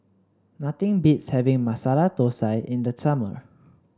nothing beats having Masala Thosai in the summer